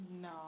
no